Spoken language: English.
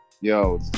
Yo